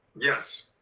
yes